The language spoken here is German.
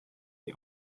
die